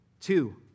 Two